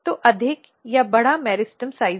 तो अधिक या बड़ा मेरिस्टेम आकार है